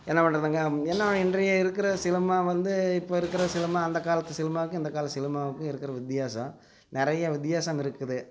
என்ன பண்றதுங்க என்ன இன்றைய இருக்கிற சினிமா வந்து இப்ப இருக்கிற சினிமா அந்தக் காலத்து சினிமாவுக்கும் இந்தக் கால சினிமாவுக்கும் இருக்கிற வித்தியாசம் நிறைய வித்தியாசம் இருக்குது